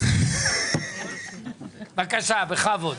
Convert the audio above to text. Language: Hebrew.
בבקשה, בכבוד.